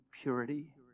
purity